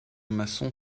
maçon